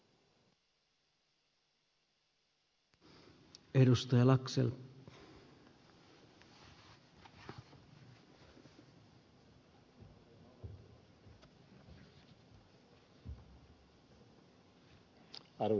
arvoisa puhemies